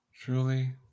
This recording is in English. Truly